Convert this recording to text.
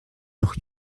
noch